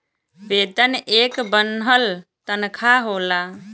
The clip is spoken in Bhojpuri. वेतन एक बन्हल तन्खा होला